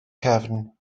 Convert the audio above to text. cefn